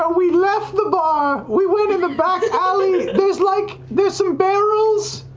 ah we left the bar. we went in the back alley. there's like there's some barrels.